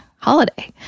holiday